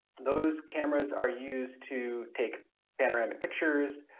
those cameras are used to take panorama pictures